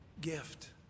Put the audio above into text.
gift